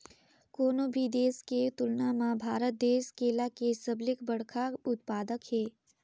कोनो भी देश के तुलना म भारत देश केला के सबले बड़खा उत्पादक हे